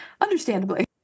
understandably